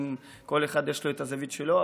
ברור שכל אחד יש לו הזווית שלו,